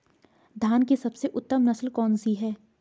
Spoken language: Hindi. धान की सबसे उत्तम नस्ल कौन सी है?